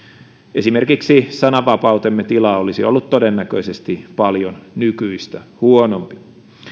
esimerkiksi sananvapautemme tila olisi ollut todennäköisesti paljon nykyistä huonompi